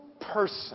person